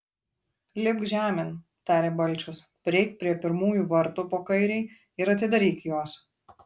lipk žemėn tarė balčius prieik prie pirmųjų vartų po kairei ir atidaryk juos